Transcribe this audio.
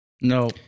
No